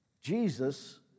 Jesus